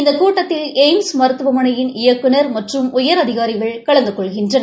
இந்த கூட்டத்தில் எய்ம்ஸ் மருத்துவமனையின் இயக்குநர் மற்றும் உயரதிகாரிகள் கலந்து கொள்கின்றனர்